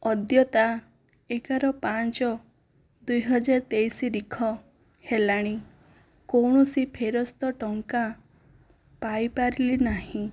ଅଦ୍ୟ ତା ଏଗାର ପାଞ୍ଚ ଦୁଇହଜାର ତେଇଶ ରିଖ ହେଲାଣି କୌଣସି ଫେରସ୍ତ ଟଙ୍କା ପାଇପାରିଲି ନାହିଁ